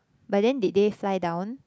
but then did they fly down